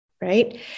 Right